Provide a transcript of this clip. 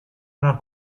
una